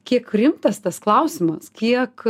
kiek rimtas tas klausimas kiek